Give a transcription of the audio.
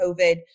COVID